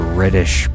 British